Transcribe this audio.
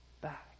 back